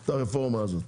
את הרפורמה הזו.